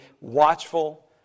watchful